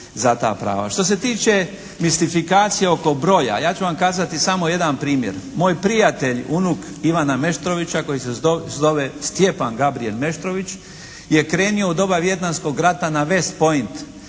Što se tiče mistifikacije oko broja ja ću vam kazati samo jedan primjer. Moj prijatelj unuk Ivana Meštrovića koji se zove Stjepan Gabrijel Meštrović je krenuo u doba vijetnamskog rata na West Point.